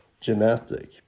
Genetic